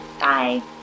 Bye